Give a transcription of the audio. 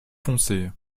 foncée